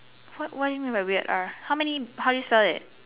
what what do you mean weird R how many how do you said it